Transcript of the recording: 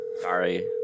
Sorry